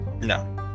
no